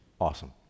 awesome